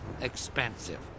Expensive